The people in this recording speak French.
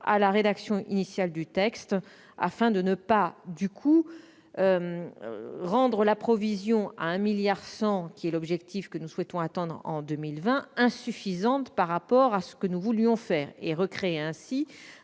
à la rédaction initiale du texte, afin de ne pas rendre la provision de 1,1 milliard d'euros, qui est l'objectif que nous souhaitons atteindre en 2020, insuffisante par rapport à ce que nous voulions faire, et recréer ainsi